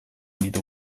ditu